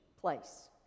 place